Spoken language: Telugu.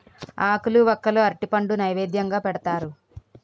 ఆకులు వక్కలు అరటిపండు నైవేద్యంగా పెడతారు